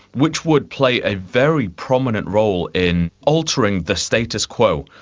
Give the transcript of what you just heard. which would play a very prominent role in altering the status quo,